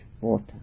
water